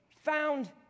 found